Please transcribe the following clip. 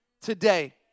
today